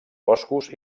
boscos